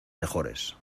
mejores